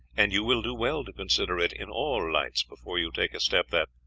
and you will do well to consider it in all lights before you take a step that,